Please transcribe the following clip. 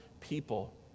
people